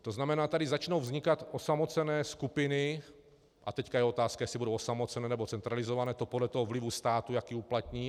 To znamená, že tady začnou vznikat osamocené skupiny, a teď je otázka, jestli budou osamocené, nebo centralizované, to podle vlivu státu, jaký uplatní.